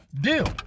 deal